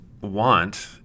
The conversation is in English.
want